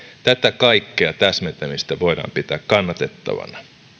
tätä kaikkea täsmentämistä voidaan pitää kannatettavana